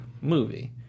movie